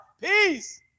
peace